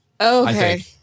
Okay